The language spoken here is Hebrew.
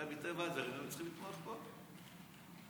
הרי מטבע הדברים הם היו צריכים לתמוך בו, אבל